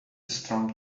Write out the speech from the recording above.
strong